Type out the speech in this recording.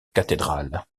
cathédrales